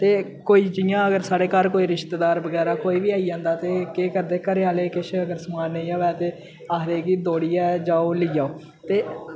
ते कोई जि'यां अगर साढ़े घर कोई रिश्तेदार बगैरा कोई बी आई जंदा ते केह् करदे घरैआह्ले किश अगर समान नेईं होऐ ते आखदे कि दौड़ियै जाओ लेई आओ ते